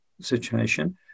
situation